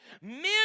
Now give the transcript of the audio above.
Men